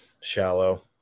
shallow